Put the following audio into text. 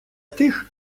тих